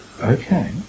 Okay